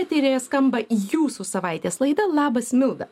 eteryje skamba jūsų savaitės laida labas milda